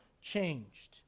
changed